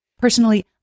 Personally